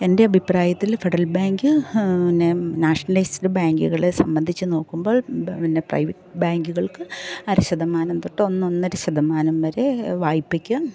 എൻ്റെ അഭിപ്രായത്തിൽ ഫെഡറൽ ബാങ്ക് പിന്നെ നാഷണലൈസ്ഡ് ബാങ്കുകളെ സംബന്ധിച്ച് നോക്കുമ്പോൾ പിന്നെ പ്രൈവറ്റ് ബാങ്കുകൾക്ക് അര ശതമാനം തൊട്ട് ഒന്ന് ഒന്നര ശതമാനം വരെ വായ്പ്പയ്ക്ക്